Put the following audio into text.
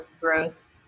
gross